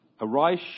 Arise